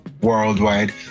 Worldwide